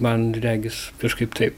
man regis kažkaip taip